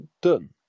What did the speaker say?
done